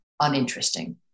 uninteresting